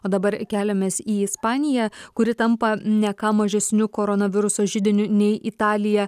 o dabar keliamės į ispaniją kuri tampa ne ką mažesniu koronaviruso židiniu nei italija